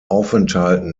aufenthalten